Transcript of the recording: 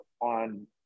on